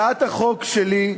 הצעת החוק שלי,